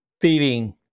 feeding